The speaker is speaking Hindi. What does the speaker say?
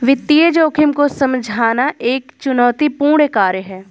वित्तीय जोखिम को समझना एक चुनौतीपूर्ण कार्य है